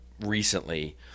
recently